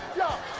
know